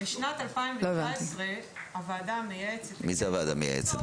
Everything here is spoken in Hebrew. בשנת 2019 הוועדה המייעצת --- מי זאת הוועדה המייעצת?